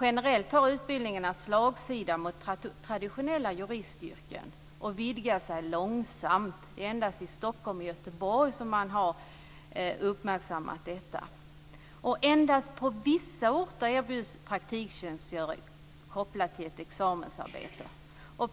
Generellt har utbildningarna slagsida mot traditionella juristyrken och vidgar sig långsamt. Det är endast i Stockholm och Göteborg som man har uppmärksammat detta. Endast på vissa orter erbjuds praktiktjänstgöring kopplat till ett examensarbete.